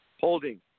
Holding